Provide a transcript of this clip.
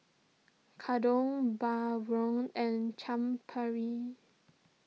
Gyudon Bratwurst and Chaat Papri